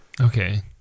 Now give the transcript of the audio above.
Okay